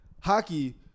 Hockey